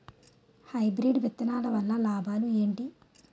Hybrid విత్తనాలు వల్ల లాభాలు ఏంటి?